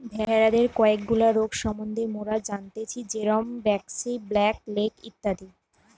ভেড়াদের কয়েকগুলা রোগ সম্বন্ধে মোরা জানতেচ্ছি যেরম ব্র্যাক্সি, ব্ল্যাক লেগ ইত্যাদি